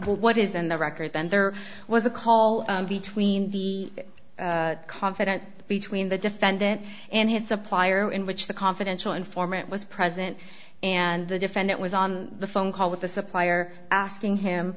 to what is and the record then there was a call between the confidence between the defendant and his supplier in which the confidential informant was present and the defendant was on the phone call with the supplier asking him